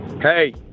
Hey